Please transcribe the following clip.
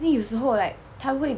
有时候 like 它会